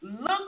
look